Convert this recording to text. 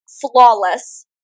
flawless